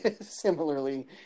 similarly